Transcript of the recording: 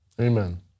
Amen